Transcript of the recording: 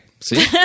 See